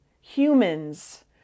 humans